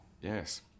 Yes